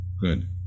good